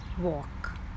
walk